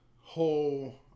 whole